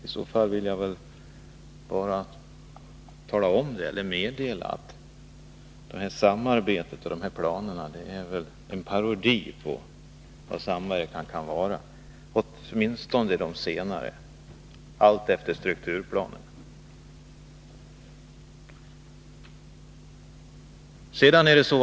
I så fall vill jag bara meddela att det samarbetet och de planerna är en parodi på vad samverkan kan vara. Det gäller åtminstone de senare planerna, allt efter strukturplanen.